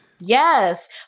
Yes